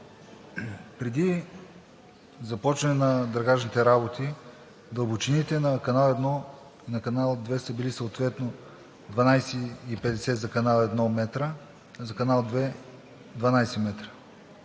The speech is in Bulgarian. Преди започване на дренажните работи дълбочините на канал 1 и на канал 2 са били съответно 12,50 метра за канал 1, за канал 2 – 12 метра.